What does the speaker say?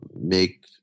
make